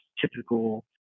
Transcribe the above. typical